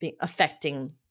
affecting